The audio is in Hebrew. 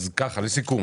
אני מסכם.